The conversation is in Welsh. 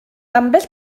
ambell